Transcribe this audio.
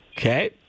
Okay